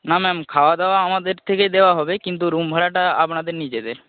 না ম্যাম খাওয়া দাওয়া আমাদের থেকেই দেওয়া হবে কিন্তু রুম ভাড়াটা আপনাদের নিজেদের